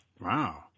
Wow